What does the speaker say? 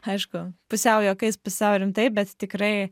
aišku pusiau juokais pusiau rimtai bet tikrai